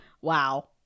Wow